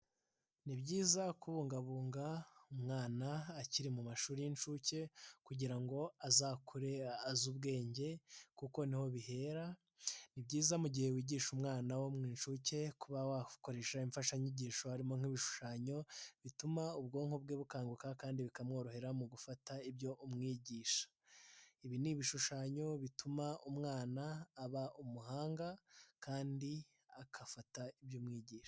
Ni byiza kubungabunga umwana akiri mu mashuri y'inshuke, kugira ngo azakure azi ubwenge kuko niho bihera. Ni byiza mu gihe wigisha umwana wo mu inshuke kuba wakoresha imfashanyigisho harimo nk'ibishushanyo bituma ubwonko bwe bukanguka kandi bikamworohera mu gufata ibyo umwigisha. Ibi ni ibishushanyo bituma umwana aba umuhanga, kandi agafata ibyo umwigisha.